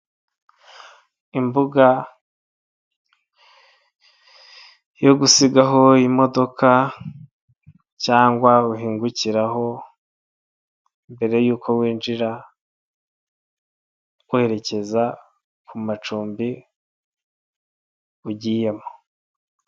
Imbuga yo gusigaho imodoka cyangwa uhingukiraho, mbere yuko winjira werekeza ku macumbi ugiyemo.